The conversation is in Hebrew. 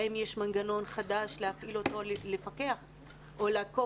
האם יש מנגנון חדש להפעיל אותו כדי לפקח או לעקוב